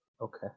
Okay